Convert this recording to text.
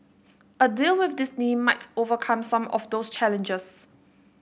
a deal with Disney might overcome some of those challenges